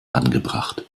angebracht